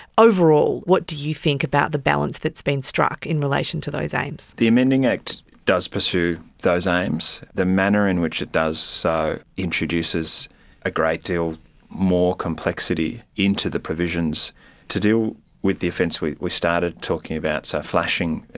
overall, what do you think about the balance that has been struck in relation to those aims? the amending act does pursue those aims. the manner in which it does so introduces a great deal more complexity into the provisions to deal with the offence we we started talking about, so flashing,